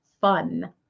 fun